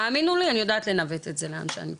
האמינו לי, אני יודעת לנווט את זה לאן שאני צריכה.